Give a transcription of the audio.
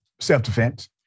self-defense